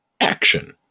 action